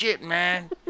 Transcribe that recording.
Man